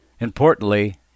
Importantly